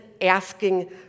asking